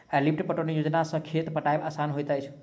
lift पटौनी योजना सॅ खेत पटायब आसान होइत अछि